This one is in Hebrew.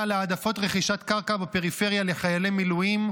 להעדפת רכישת קרקע בפריפריה לחיילי מילואים.